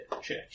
check